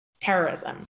terrorism